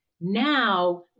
Now